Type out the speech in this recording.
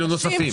כלומר, נוספים?